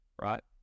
right